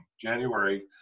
January